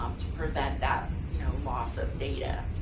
um to prevent that you know loss of data.